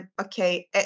okay